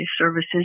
services